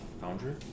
foundry